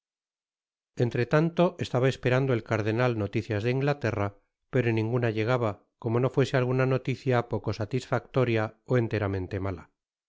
entretanto estaba esperando el cardenal noticias de inglaterra pero ninguna llegaba como no fuese alguna noticia poco satisfactoria ó enteramente mala